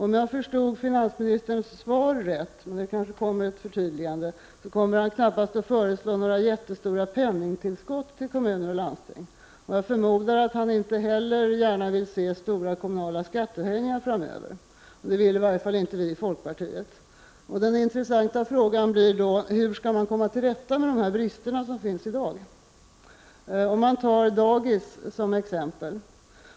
Om jag förstod finansministerns svar på ett riktigt sätt — det kanske kommer ett förtydligande — så kommer han knappast att föreslå några jättestora penningtillskott till kommuner och landsting, och jag förmodar att han inte heller gärna vill se stora kommunala skattehöjningar framöver. Det vill i varje fall inte vi i folkpartiet. Den intressanta frågan blir då: Hur skall man komma till rätta med de brister som finns i dag? Jag vill som exempel nämna dagis.